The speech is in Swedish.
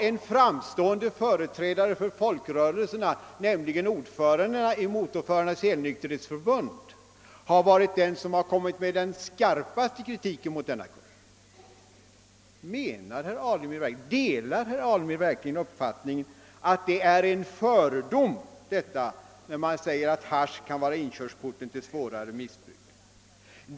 En framstående företrädare för folkrörelserna, nämligen ordföranden i Motorförarnas helnykterhetsförbund, har varit den som framfört den skarpaste kritiken mot denna bok. Delar herr Alemyr verkligen uppfattningen att det är en fördom att hasch kan vara inkörsporten till svårare missbruk?